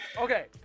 okay